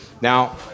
Now